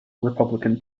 republican